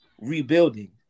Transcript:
rebuilding